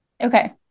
Okay